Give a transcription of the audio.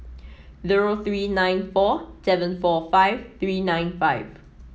zero three nine four seven four five three nine five